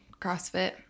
crossfit